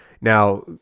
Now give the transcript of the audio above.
Now